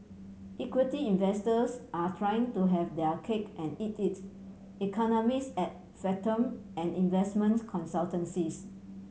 equity investors are trying to have their cake and eat it economist at Fathom an investment consultancies